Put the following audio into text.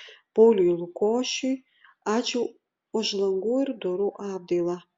pauliui lukošiui ačiū už langų ir durų apdailą